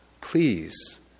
please